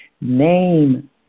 name